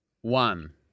One